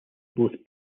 both